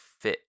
fit